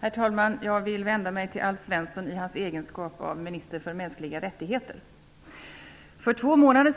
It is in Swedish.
Herr talman! Jag vill vända mig till Alf Svensson i hans egenskap av minister för mänskliga rättigheter. För ungefär två månader